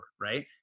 right